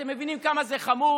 אתם מבינים כמה זה חמור?